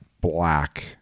black